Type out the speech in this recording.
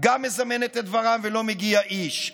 גם מזמנת את ור"מ, ולא מגיע איש.